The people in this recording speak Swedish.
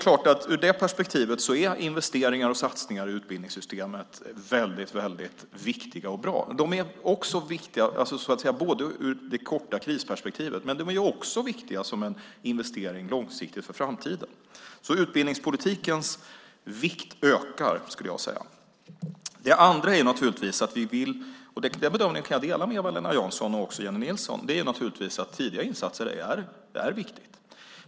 Ur det perspektivet är investeringar och satsningar i utbildningssystemet väldigt viktiga och bra. De är viktiga ur det korta krisperspektivet. Men de är också viktiga som en investering långsiktigt för framtiden. Jag skulle vilja säga att utbildningspolitikens vikt ökar. Det andra är naturligtvis, och den bedömningen kan jag dela med Eva-Lena Jansson och också Jennie Nilsson, att tidiga insatser är viktigt.